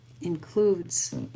includes